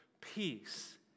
peace